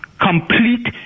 complete